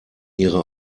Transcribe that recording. ihre